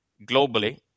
globally